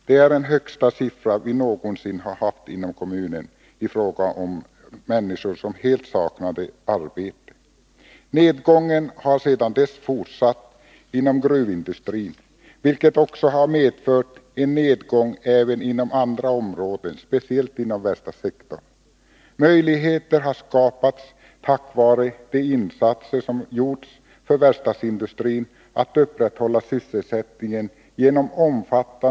Det är den högsta siffran någonsin i kommunen. Nedgången har sedan dess fortsatt inom gruvindustrin, vilket har medfört en nedgång också inom andra områden, speciellt inom verkstadssektorn. Genom omfattande rådrumsbeställningar till olika statliga verk har emellertid möjligheter skapats för verkstadsindustrin att upprätthålla sysselsättningen.